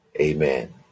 Amen